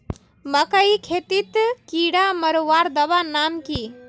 मकई खेतीत कीड़ा मारवार दवा नाम की?